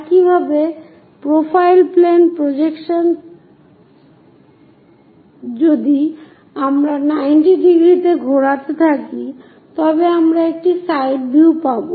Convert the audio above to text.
একইভাবে profile plane projection এ যদি আমরা 90 ডিগ্রিতে ঘুরাতে থাকি তবে আমরা একটি সাইড ভিউ পাব